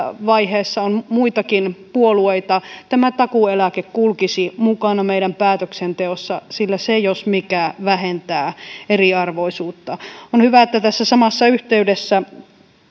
vaiheessa on muitakin puolueita tämä takuueläke kulkisi mukana meidän päätöksenteossamme sillä se jos mikä vähentää eriarvoisuutta on hyvä että tässä samassa yhteydessä